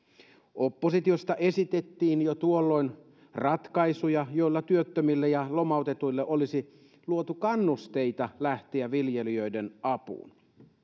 oppositiosta esitettiin jo tuolloin ratkaisuja joilla työttömille ja lomautetuille olisi luotu kannusteita lähteä viljelijöiden apuun